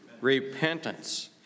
Repentance